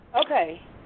Okay